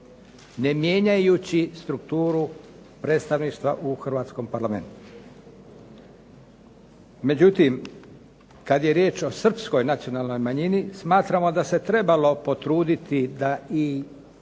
ne mijenjajući strukturu predstavništva u hrvatskom Parlamentu. Međutim, kad je riječ o srpskoj nacionalnoj manjini smatramo da se trebalo potruditi da i